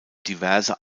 diverse